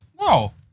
No